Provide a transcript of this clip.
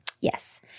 Yes